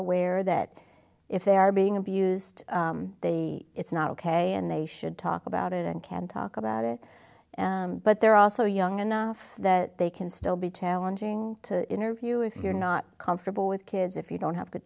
aware that if they are being abused they it's not ok and they should talk about it and can talk about it but they're also young enough that they can still be challenging to interview if you're not comfortable with kids if you don't have